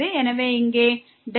எனவே இங்கே Δx